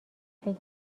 فکر